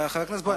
חבר הכנסת בוים,